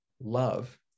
love